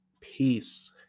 peace